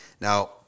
Now